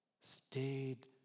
stayed